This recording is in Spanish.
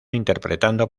interpretando